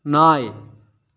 நாய்